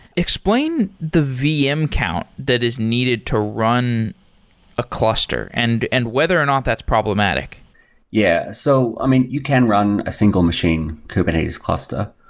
explain the vm count that is needed to run a cluster and and whether or not that's problematic yeah. so i mean, you can run a single machine kubernetes cluster.